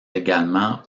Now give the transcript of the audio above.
également